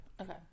Okay